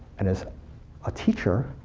and as a teacher,